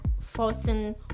forcing